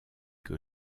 que